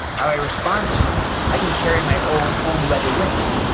how i respond to it. i can carry my own own weather with me.